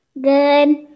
Good